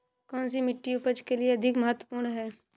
कौन सी मिट्टी उपज के लिए अधिक महत्वपूर्ण है?